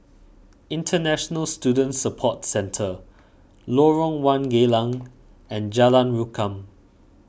International Student Support Centre Lorong one Geylang and Jalan Rukam